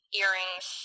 earrings